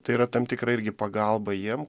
tai yra tam tikra irgi pagalba jiem